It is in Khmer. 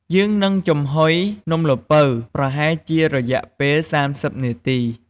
យើងនឹងចំហុយនំល្ពៅប្រហែលជារយៈពេល ៣០ នាទី។